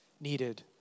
needed